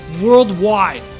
worldwide